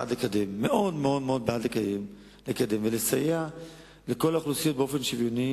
בעד לקדם ולסייע לכל האוכלוסיות באופן שוויוני,